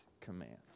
commands